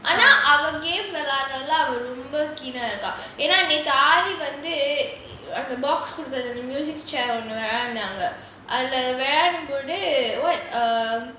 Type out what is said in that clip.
ஆனா அவ வெளையாட்றதுல ரொம்ப:aana ava velayadrathula romba remember ஏனா நேத்து:yaenaanethu aari வந்து:vanthu box கொடுத்தாங்க:koduthaanga music chair அதுல விளையாடும் போது:athula vilaiyaadumpothu [what] um